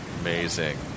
amazing